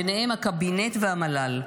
ובהם הקבינט והמל"ל,